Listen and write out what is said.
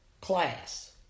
class